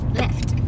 left